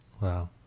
Wow